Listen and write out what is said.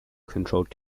controlled